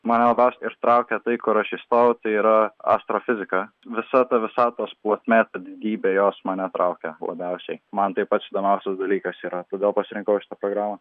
mane labiausiai ir traukia tai kur aš įstojau tai yra astrofizika visa ta visatos plotmė ta didybė jos mane traukia labiausiai man tai pats įdomiausias dalykas yra todėl pasirinkau šitą programą